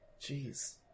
Jeez